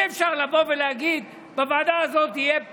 אי-אפשר לבוא ולהגיד: בוועדה הזאת יהיה פער,